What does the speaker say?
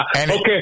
Okay